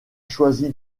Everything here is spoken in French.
choisi